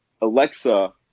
Alexa